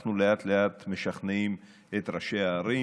אנחנו לאט לאט משכנעים את ראשי הערים.